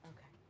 Okay